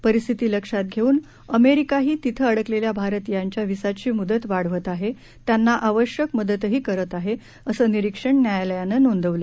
परिस्थिती लक्षात घेऊन अमेरिकाही तिथे अडकलेल्या भारतीयांच्या व्हिसाची मुदत वाढवत आहे त्यांना आवश्यक मदतही करत आहे असं निरीक्षण न्यायालयानं नोंदवलं